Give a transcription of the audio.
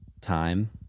time